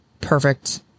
perfect